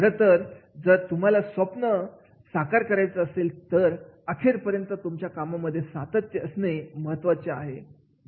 खरंच जर तुम्हाला तुमचं स्वप्न साकार करायचं असेल तर अखेरपर्यंत तुमच्या कामांमध्ये सातत्य असणे अत्यंत महत्त्वाचे आहे